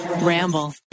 Ramble